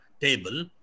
table